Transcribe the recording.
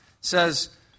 says